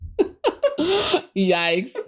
Yikes